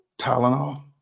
Tylenol